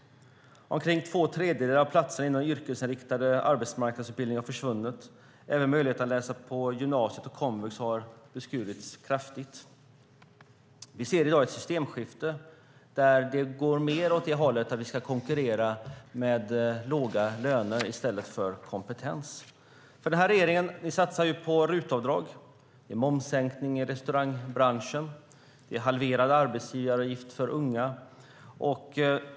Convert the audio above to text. Omkring två tredjedelar av platserna inom den yrkesinriktade arbetsmarknadsutbildningen har försvunnit. Även möjligheten att läsa på gymnasiet och komvux har beskurits kraftigt. Vi ser i dag ett systemskifte där det går mer åt hållet där vi ska konkurrera med låga löner i stället för med kompetens. Den här regeringen satsar på RUT-avdrag, momssänkning i restaurangbranschen och halverad arbetsgivaravgift för unga.